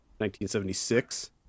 1976